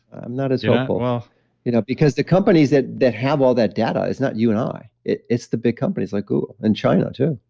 i'm not as hopeful well you know because the companies that that have all that data is not you and i. it's the big companies like google and china too.